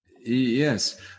Yes